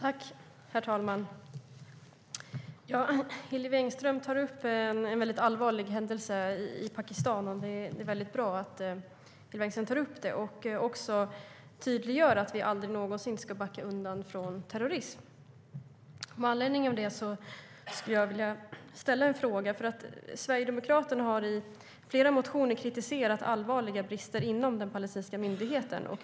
Herr talman! Hillevi Engström tar upp en väldigt allvarlig händelse i Pakistan. Det är bra att hon gör det och även tydliggör att vi aldrig någonsin ska backa undan från terrorism. Med anledning av det skulle jag vilja ställa en fråga. Sverigedemokraterna har i flera motioner kritiserat allvarliga brister inom Palestinska myndigheten.